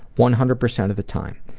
one hundred percent of the time.